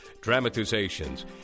dramatizations